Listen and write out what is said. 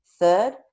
Third